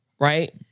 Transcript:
Right